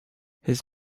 his